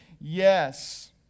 yes